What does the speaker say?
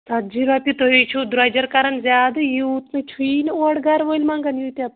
ژَتجی رۄپیہِ تُہے چھُو درٛوٚجَر کَران زیادٕ یوٗت نہٕ چھُی نہٕ اور گرٕ وٲلۍ منٛگَان یوٗتاہ